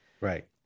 Right